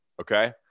Okay